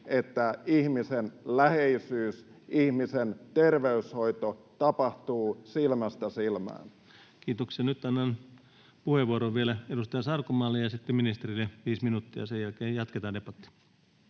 että ihmisen läheisyys ja ihmisen terveydenhoito tapahtuu silmästä silmään. Kiitoksia. — Nyt annan puheenvuoron vielä edustaja Sarkomaalle, ja sitten ministerille viisi minuuttia. Sen jälkeen jatketaan debattia.